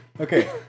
okay